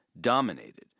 dominated